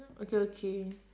okay okay